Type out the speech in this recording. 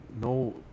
no